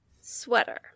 sweater